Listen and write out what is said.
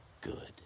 good